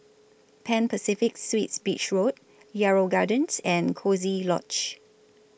Pan Pacific Suites Beach Road Yarrow Gardens and Coziee Lodge